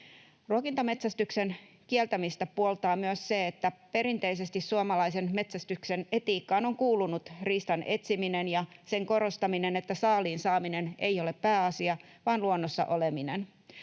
Ruokintametsästyksen kieltämistä puoltaa myös se, että perinteisesti suomalaisen metsästyksen etiikkaan on kuulunut riistan etsiminen ja sen korostaminen, että saaliin saaminen ei ole pääasia, vaan luonnossa oleminen.